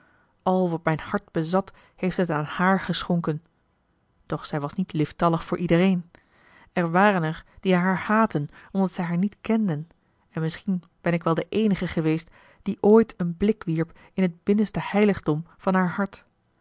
al wat mijn hart bezat heeft het aan haar geschonken doch zij was niet lieftallig voor iedereen er waren er die haar haatten omdat zij haar niet kenden en misschien ben ik wel de eenige geweest die ooit een blik wierp in het binnenste heiligdom van haar hart